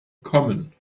kommen